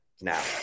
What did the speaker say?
now